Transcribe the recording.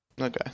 Okay